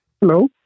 Hello